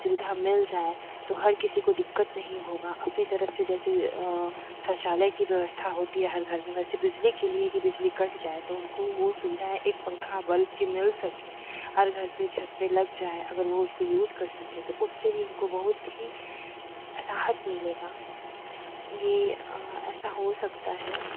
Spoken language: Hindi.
सुविधा मिल जाए तो हर किसी को दिक्कत नहीं होगा अपनी तरफ़ से जैसे शौचालय की व्यवस्था होती है हर घर में वैसे बिजली के लिए कि बिजली कट जाए तो उनको वे सुविधाएँ एक पंखा बल्ब कि मिल सके हर घर पर छत पर लग जाए अगर वह उसको यूज कर सके तो उससे भी उनको बहुत ही राहत मिलेगा यह ऐसा हो सकता है